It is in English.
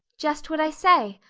just what i say.